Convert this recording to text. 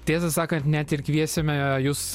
tiesą sakant net ir kviesime jus